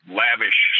lavish